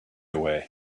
away